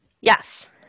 yes